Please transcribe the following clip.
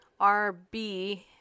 RB